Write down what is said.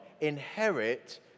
inherit